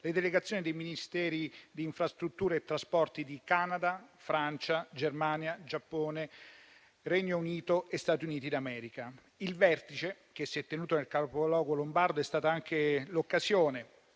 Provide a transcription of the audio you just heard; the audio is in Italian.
le delegazioni dei Ministeri di infrastrutture e trasporti di Canada, Francia, Germania, Giappone, Regno Unito e Stati Uniti d'America. Il vertice che si è tenuto nel capoluogo lombardo è stato anche l'occasione